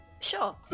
Sure